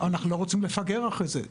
אבל אנחנו לא רוצים לפגר אחרי זה,